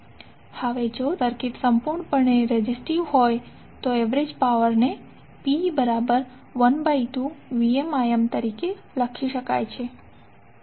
હવે જો સર્કિટ સંપૂર્ણપણે રેજિસ્ટિવ હોય તો એવરેજ પાવર ને P12VmIm આ રીતે લખી શકાય છે